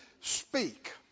speak